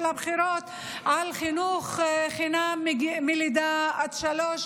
הבחירות על חינוך חינם מגיל לידה עד שלוש,